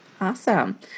Awesome